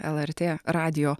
lrt radijo